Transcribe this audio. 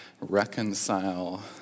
reconcile